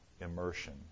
immersion